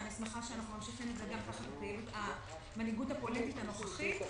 אני שמחה שאנחנו ממשיכים את זה תחת המנהיגות הפוליטית הנוכחית.